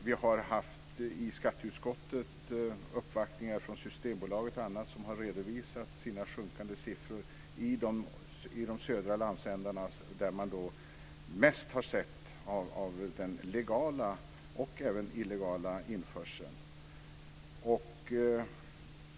Vi har i skatteutskottet haft uppvaktningar bl.a. från Systembolaget, som har redovisat sina sjunkande siffror i de södra landsändarna, där man sett mest av både den legala och den illegala införseln.